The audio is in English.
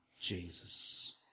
Jesus